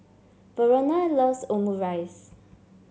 Verona loves Omurice